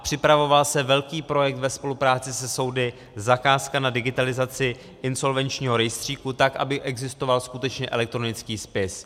Připravoval se velký projekt ve spolupráci se soudy, zakázka na digitalizaci insolvenčního rejstříku, tak aby existoval skutečně elektronický spis.